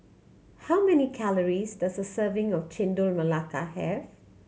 how many calories does a serving of Chendol Melaka have